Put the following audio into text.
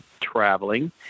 traveling